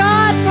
God